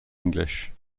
english